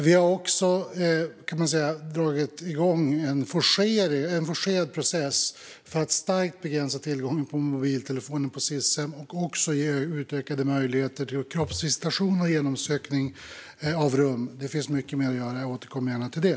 Vi har också dragit igång en forcerad process för att starkt begränsa tillgången till mobiltelefoner på Sis-hem och ge utökade möjligheter till kroppsvisitation och genomsökning av rum. Det finns mycket mer att göra. Jag återkommer gärna till det.